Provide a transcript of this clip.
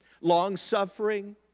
Long-suffering